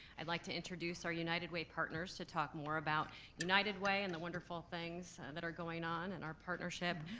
i'd like to introduce our united way partners to talk more about united way and the wonderful things that are going on in and our partnership.